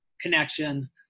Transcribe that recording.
connection